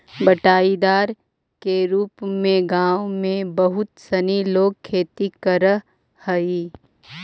बँटाईदार के रूप में गाँव में बहुत सनी लोग खेती करऽ हइ